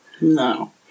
No